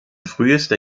frühester